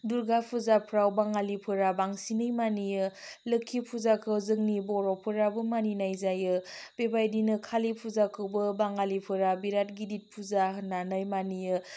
दुर्गा फुजाफ्राव बाङालिफोरा बांसिनै मानियो लोक्षि फुजाखौ जोनि बर'फोराबो मानिनाय जायो बेबायदिनो कालि फुजाखौबो बाङालिफोरा बेराद गिदिर फुजा होन्नानै मानियो